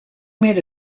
made